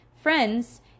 friends